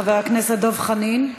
חבר הכנסת דב חנין.